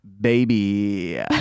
Baby